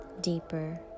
deeper